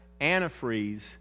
antifreeze